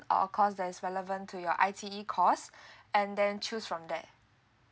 or of course there's relevant to your I_T_E course and then choose from there